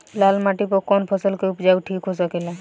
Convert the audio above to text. लाल माटी पर कौन फसल के उपजाव ठीक हो सकेला?